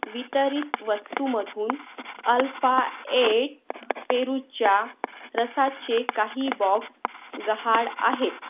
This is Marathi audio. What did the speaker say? वितरित वस्तूमधून अल्फा एट पेरूच्या रसाचे काही बॉक्स गहाळ आहेत